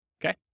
okay